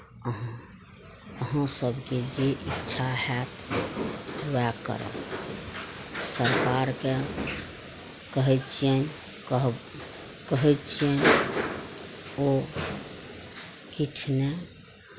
अहाँ अहाँ सबके जे इच्छा होयत वएह करब सरकारके कहै छियनि कहब कहै छियनि ओ किछु नहि